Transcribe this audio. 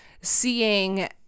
seeing